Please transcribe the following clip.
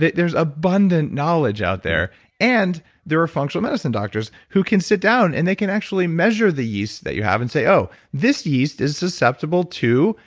there's abundant knowledge out there and there are functional medicine doctors who can sit down and they can actually measure the yeast that you have and say oh, this yeast is susceptible to.